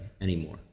anymore